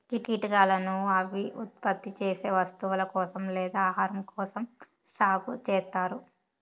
కీటకాలను అవి ఉత్పత్తి చేసే వస్తువుల కోసం లేదా ఆహారం కోసం సాగు చేత్తారు